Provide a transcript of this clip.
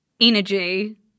energy